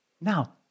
Now